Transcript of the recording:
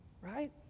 Right